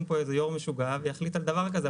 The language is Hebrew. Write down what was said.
פה איזה יושב ראש משוגע ויחליט על דבר כזה,